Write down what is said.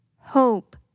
hope